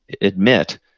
admit